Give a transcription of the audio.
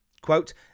Quote